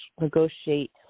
negotiate